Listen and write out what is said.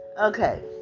Okay